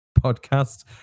podcast